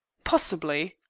possibly!